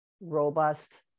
robust